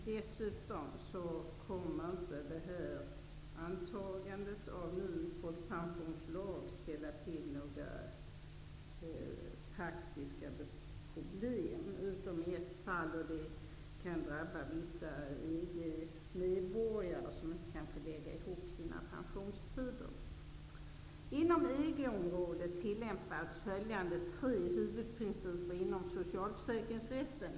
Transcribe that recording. Dessutom kommer inte antagandet av en ny folkpensionslag att ställa till med några praktiska problem, utom när det gäller vissa EG-medborgare som inte kan lägga ihop sina pensionstider. Inom EG-området tillämpas tre huvudprinciper inom socialförsäkringsrätten.